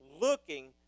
looking